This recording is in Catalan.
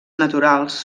naturals